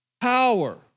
power